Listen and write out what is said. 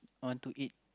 want to eat